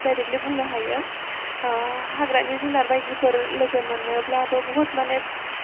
directly बुंनो हायो हाग्रानि जुनार बायदिफोर लोगो मोनब्लाबो माने बुहुत माने